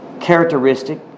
Characteristic